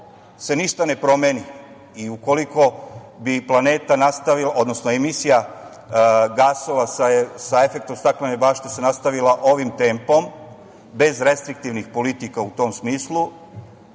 se ništa ne promeni i ukoliko bi planeta nastavila, odnosno emisija gasova sa efektom "staklene bašte" se nastavila ovim tempom, bez restriktivnih politika u tom smislu,